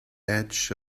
edge